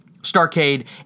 Starcade